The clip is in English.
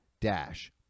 Dash